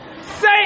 Say